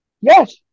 Yes